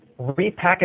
repackage